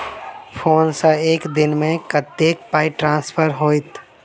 Phone सँ एक दिनमे कतेक पाई ट्रान्सफर होइत?